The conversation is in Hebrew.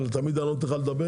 תמיד אני לא נותן לך לדבר,